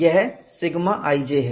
यह σij है